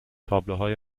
تابلوهای